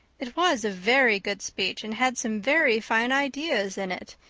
it was a very good speech and had some very fine ideas in it,